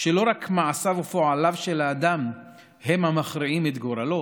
שלא רק מעשיו ופועליו של האדם הם המכריעים את גורלו